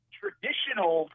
traditional